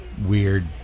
weird